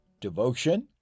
devotion